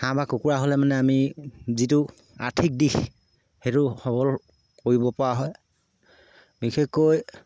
হাঁহ বা কুকুৰা হ'লে মানে আমি যিটো আৰ্থিক দিশ সেইটো সবল কৰিব পৰা হয় বিশেষকৈ